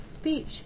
speech